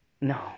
no